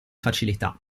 facilità